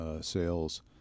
sales